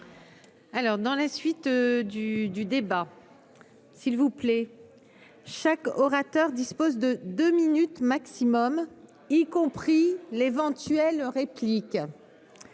dans la suite du du débat s'il vous plaît, chaque orateur dispose de deux minutes maximum, y compris l'éventuelle réplique